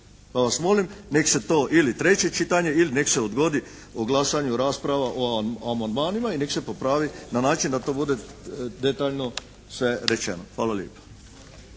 Pa vas molim nek' se to ili treće čitanje ili nek' se odgodi o glasanju rasprava o amandmanima i nek' se popravi na način da to bude detaljno sve rečeno. Hvala lijepo.